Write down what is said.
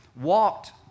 walked